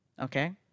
okay